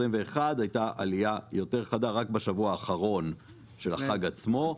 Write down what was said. הייתה עלייה יותר חדה רק בשבוע האחרון של החג עצמו,